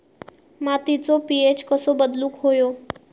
मातीचो पी.एच कसो बदलुक होयो?